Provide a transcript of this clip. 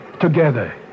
Together